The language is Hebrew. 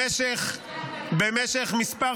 במשך כמה